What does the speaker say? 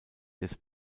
des